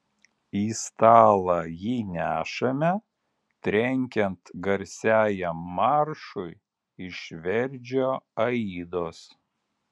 į stalą jį nešame trenkiant garsiajam maršui iš verdžio aidos